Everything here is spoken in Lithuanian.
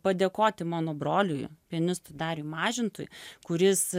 padėkoti mano broliui pianistui dariui mažintui kuris